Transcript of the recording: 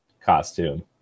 costume